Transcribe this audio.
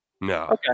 No